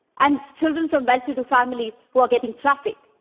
and children from well-to-do families, who are getting trafficked.